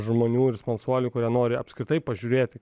žmonių ir smalsuolių kurie nori apskritai pažiūrėti